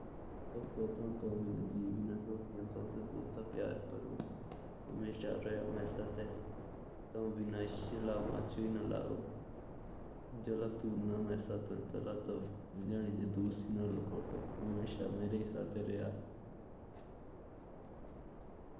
तेरको पता है मैं तेरसे बहुत ज़्यादा प्यार करता हूँ। अगर मेरे साथ तू नहीं होती ना तो मैं पता नहीं कौन सी हालत में होता अभी तेरको पता भी नहीं होगा।